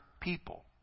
people